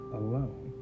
alone